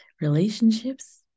Relationships